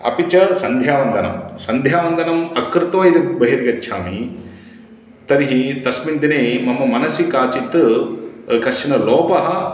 अपि च सन्ध्यावन्दनं सन्ध्यावन्दनम् अकृत्वा यदि बहिर्गच्छामि तर्हि तस्मिन् दिने मम मनसि काचित् कश्चनः लोपः